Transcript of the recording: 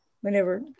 whenever